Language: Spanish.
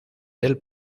del